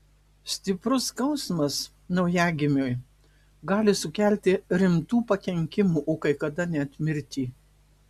stiprus skausmas naujagimiui gali sukelti rimtų pakenkimų o kai kada net mirtį